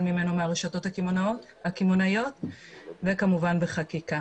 ממנו מהרשתות הקמעונאיות וכמובן בחקיקה.